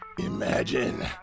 Imagine